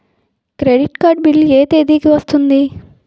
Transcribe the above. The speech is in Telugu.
క్రెడిట్ కార్డ్ బిల్ ఎ తేదీ కి వస్తుంది?